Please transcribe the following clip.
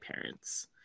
parents